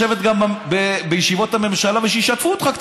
אבל מאז שאתה נמצא בתפקיד שלך,